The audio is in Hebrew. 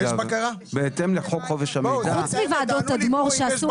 בהתאם לחוק חופש המידע -- חוץ מוועדות תדמור שעשו